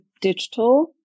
digital